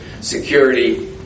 security